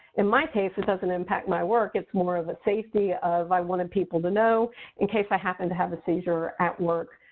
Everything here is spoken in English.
in my case, it doesn't impact my work. it's more of a safety of i wanted people to know in case i happen to have a seizure at work,